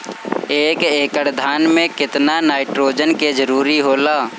एक एकड़ धान मे केतना नाइट्रोजन के जरूरी होला?